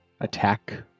attack